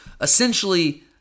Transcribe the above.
essentially